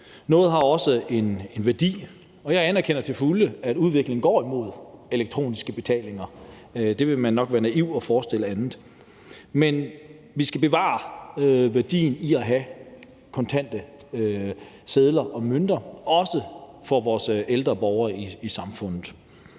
Noget har også en værdi. Og jeg anerkender til fulde, at udviklingen går imod elektroniske betalinger; det vil nok være naivt at forestille sig andet. Men vi skal bevare værdien i at have kontanter, sedler og mønter, også for vores ældre borgere i samfundet.